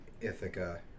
Ithaca